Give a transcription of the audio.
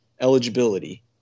eligibility